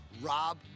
Rob